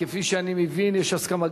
כפי שאני מבין יש הסכמה,